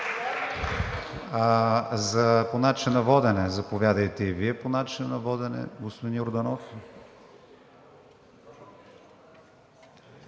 По начина на водене – заповядайте и Вие по начина на водене, господин Йорданов.